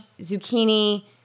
zucchini